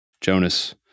Jonas